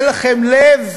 אין לכם לב?